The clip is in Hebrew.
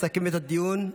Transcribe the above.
לסכם את הדיון,